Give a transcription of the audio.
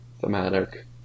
thematic